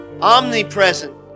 omnipresent